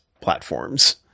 platforms